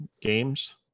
games